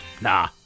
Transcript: Nah